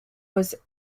was